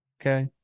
Okay